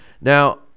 Now